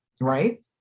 Right